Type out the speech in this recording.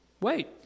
wait